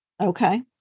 Okay